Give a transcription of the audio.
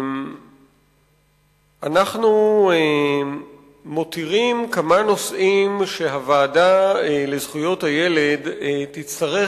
אנחנו מותירים כמה נושאים שהוועדה לזכויות הילד תצטרך